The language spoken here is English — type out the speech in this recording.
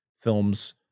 films